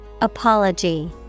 Apology